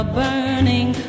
burning